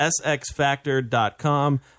SXFactor.com